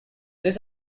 this